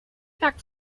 packed